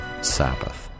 Sabbath